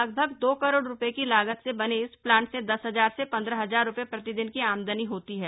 लगभग दो करोड़ रुपये की लागत से बने इस प्लांट से दस हजार से पंद्रह हजार रुपये प्रतिदिन की आमदनी होती है